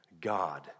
God